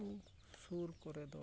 ᱥᱩᱨ ᱠᱚᱨᱮ ᱫᱚ